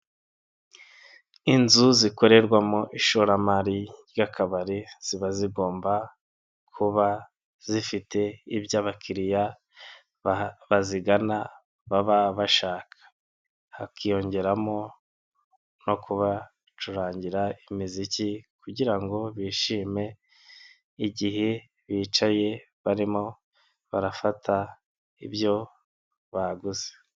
Inzu zikorerwamo ishoramari ry'akabari ziba zigomba kuba zifite ibyo abakiriya bazigana baba bashaka, hakiyongeramo no kuba bacurangira imiziki kugira ngo bishime, igihe bicaye barimo barafata ibyo baguze.